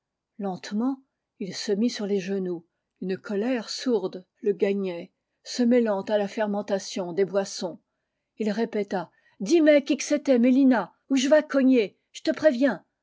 lentement il se mit sur les genoux une colère sourde le gagnait se mêlant à la fermentation des boissons ii répéta dis mé qui qu c'était mélina où j vas cogner j te préviens